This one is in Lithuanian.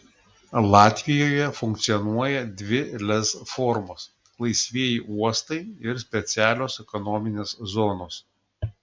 latvijoje funkcionuoja dvi lez formos laisvieji uostai ir specialios ekonominės zonos